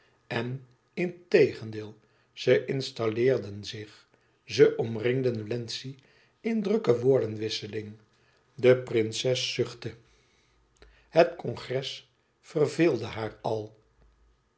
en integendeel ze installeerden zich ze omringden wlenzci in drukke woordenwisseling de prinses zuchtte het congres verveelde haar al